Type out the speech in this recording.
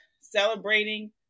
celebrating